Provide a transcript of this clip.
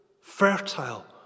fertile